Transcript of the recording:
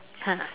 !huh!